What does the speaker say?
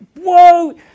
whoa